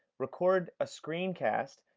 record a screen cast,